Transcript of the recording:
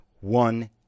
one